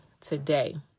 today